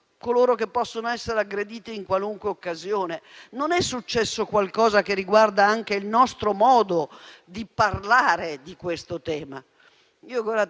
sanitario è passato da eroe ad aggredito in qualunque occasione? Non è successo qualcosa che riguarda anche il nostro modo di parlare di questo tema?